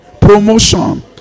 Promotion